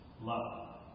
Love